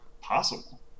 possible